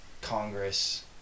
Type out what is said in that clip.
Congress